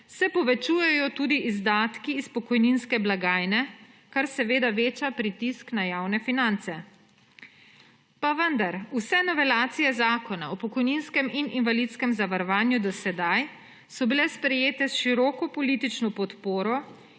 se povečujejo tudi izdatki iz pokojninske blagajne, kar seveda veča pritisk na javne finance. Pa vendar, vse novelacije Zakona o pokojninskem in invalidskem zavarovanju do sedaj so bile sprejete s široko politično podporo